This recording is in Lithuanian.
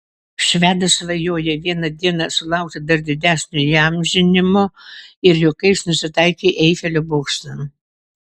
švedas svajoja vieną dieną sulaukti dar didesnio įamžinimo ir juokais nusitaikė į eifelio bokštą